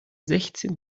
sechzehn